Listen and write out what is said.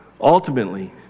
ultimately